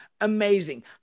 amazing